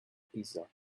pizza